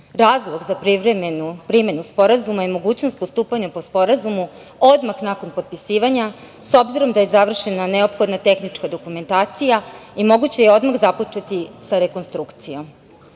Razlog za privremenu primenu Sporazuma i mogućnost postupanja po Sporazumu odmah nakon potpisivanja s obzirom da je završena neophodna tehnička dokumentacija i moguće je odmah započeti sa rekonstrukcijom. Pored